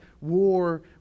war